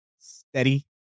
steady